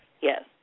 Yes